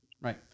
Right